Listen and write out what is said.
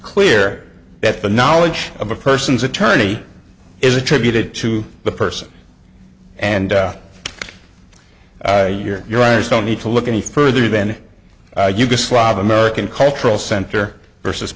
clear that the knowledge of a person's attorney is attributed to the person and here your eyes don't need to look any further than yugoslav american cultural center versus